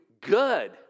good